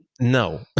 No